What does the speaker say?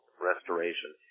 restoration